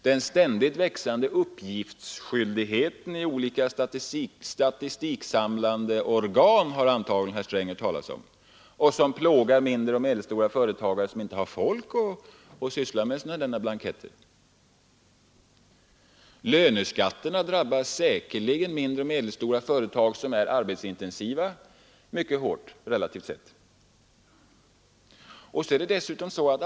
Den ständigt växande uppgiftsskyldigheten i olika statistiksamlande organ har herr Sträng antagligen hört talas om. Den plågar mindre och medelstora företag därför att dessa inte har folk som kan syssla med sådana blanketter. Löneskatterna drabbar säkerligen mindre och medelstora företag som är arbetsintensiva relativt sett mycket hårt.